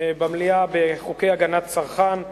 במליאה בחוקי הגנת הצרכן.